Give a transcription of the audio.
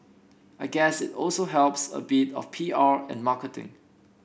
I guess it also helps a bit of P R and marketing